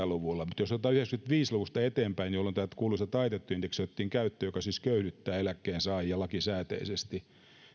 luvulla mutta jos otetaan vuodesta yhdeksänkymmentäviisi eteenpäin jolloin tämä kuuluisa taitettu indeksi otettiin käyttöön joka siis köyhdyttää eläkkeensaajia lakisääteisesti